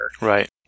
Right